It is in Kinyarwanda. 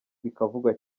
bikavugwa